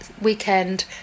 weekend